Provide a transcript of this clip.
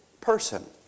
person